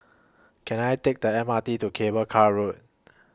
Can I Take The M R T to Cable Car Road